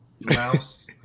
mouse